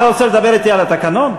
אתה רוצה לדבר אתי על התקנון?